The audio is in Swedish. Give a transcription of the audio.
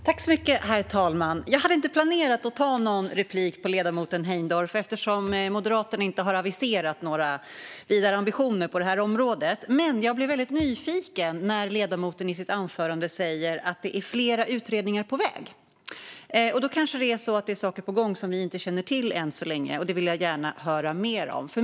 Herr talman! Jag hade inte planerat att ta replik på ledamoten Heindorff eftersom Moderaterna inte har aviserat några vidare ambitioner på det här området. Men jag blir väldigt nyfiken när ledamoten i sitt anförande säger att det är flera utredningar på väg. Det kanske är saker på gång som vi inte känner till än så länge, och det vill jag gärna höra mer om.